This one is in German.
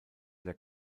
der